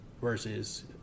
versus